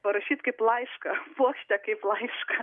parašyt kaip laišką puokštę kaip laišką